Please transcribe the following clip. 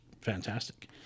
fantastic